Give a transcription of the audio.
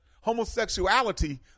Homosexuality